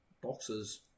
Boxes